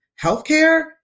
healthcare